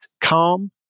calm